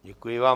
Děkuji vám.